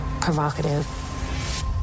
provocative